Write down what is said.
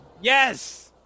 Yes